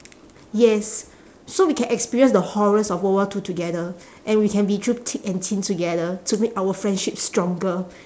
yes so we can experience the horrors of world war two together and we can be through thick and thin together to make our friendship stronger